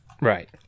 Right